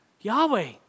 Yahweh